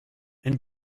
and